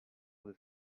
this